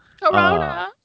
Corona